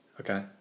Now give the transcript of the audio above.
Okay